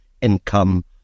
income